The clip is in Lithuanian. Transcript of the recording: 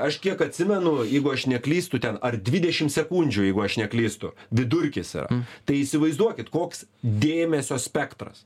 aš kiek atsimenu jeigu aš neklystu ten ar dvidešim sekundžių jeigu aš neklystu vidurkis yra tai įsivaizduokit koks dėmesio spektras